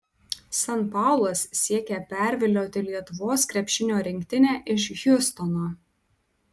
san paulas siekia pervilioti lietuvos krepšinio rinktinę iš hjustono